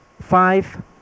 five